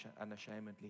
unashamedly